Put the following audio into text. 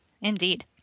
Indeed